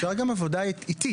אפשר גם עבודה איטית.